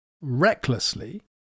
recklessly